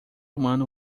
humano